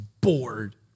bored